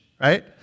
right